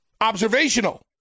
Observational